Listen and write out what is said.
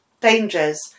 dangers